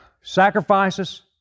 sacrifices